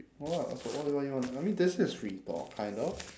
for what but what you want to I mean this is free talk kind of